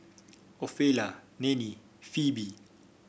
Ofelia Nannie Phoebe